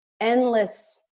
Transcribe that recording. endless